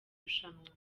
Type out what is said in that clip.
rushanwa